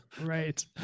Right